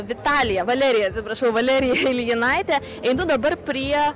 vitalija valerija atsiprašau valerija iljinaitė einu dabar prie